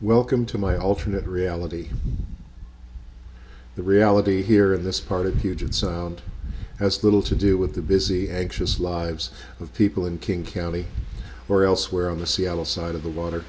welcome to my alternate reality the reality here in this part of huge and sound has little to do with the busy anxious lives of people in king county or elsewhere on the seattle side of the water